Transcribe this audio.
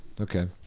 Okay